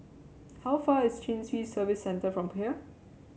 how far is Chin Swee Service Centre from here